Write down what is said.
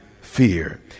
fear